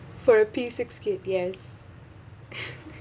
for a P six kid yes